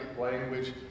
language